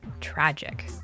Tragic